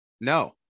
No